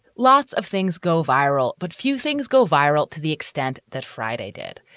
lots of things go viral. but few things go viral to the extent that friday did,